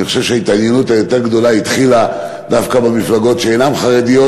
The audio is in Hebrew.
אני חושב שההתעניינות היותר-גדולה התחילה דווקא במפלגות שאינן חרדיות,